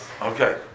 okay